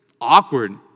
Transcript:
awkward